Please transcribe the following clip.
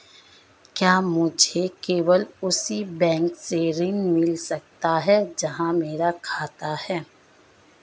क्या मुझे केवल उसी बैंक से ऋण मिल सकता है जहां मेरा खाता है?